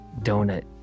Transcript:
Donut